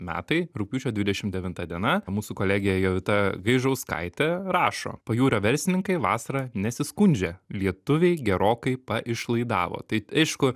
metai rugpjūčio dvidešim devinta diena ir mūsų kolegė jovita gaižauskaitė rašo pajūrio verslininkai vasarą nesiskundžia lietuviai gerokai paišlaidavo tai aišku